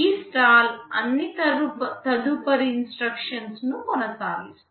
ఈ స్టాల్ అన్ని తదుపరి ఇన్స్ట్రక్షన్స్ కొనసాగిస్తుంది